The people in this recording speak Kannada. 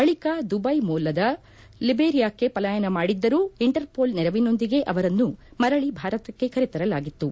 ಬಳಿಕ ಅವರು ದುಬೈ ಮೂಲಕ ಲಿಬೆರಿಯಾಕ್ಕೆ ಪಲಾಯನ ಮಾಡಿದ್ದರೂ ಇಂಟರ್ವೋಲ್ ನೆರವಿನೊಂದಿಗೆ ಅವರನ್ನು ಮರಳಿ ಭಾರತಕ್ಕೆ ಕರೆತರಲಾಯಿತು